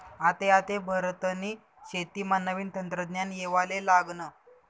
आते आते भारतनी शेतीमा नवीन तंत्रज्ञान येवाले लागनं